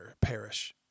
perish